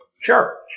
church